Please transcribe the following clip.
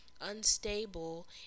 unstable